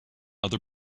other